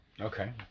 Okay